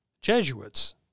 Jesuits